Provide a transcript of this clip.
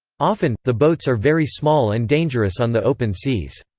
often, the boats are very small and dangerous on the open seas.